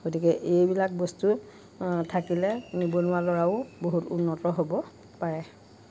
গতিকে এইবিলাক বস্তু থাকিলে নিবনুৱা ল'ৰাও বহুত উন্নত হ'ব পাৰে